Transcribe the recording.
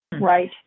right